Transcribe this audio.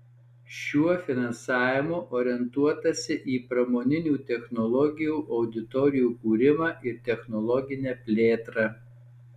šiuo finansavimu orientuotasi į pramoninių technologijų auditorijų kūrimą ir technologinę plėtrą